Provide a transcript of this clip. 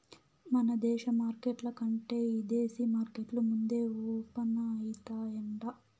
మన దేశ మార్కెట్ల కంటే ఇదేశీ మార్కెట్లు ముందే ఓపనయితాయంట